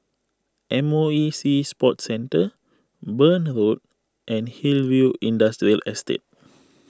M O E Sea Sports Centre Burn Road and Hillview Industrial Estate